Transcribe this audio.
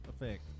effect